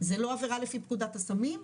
זה לא עבירה לפי פקודת הסמים,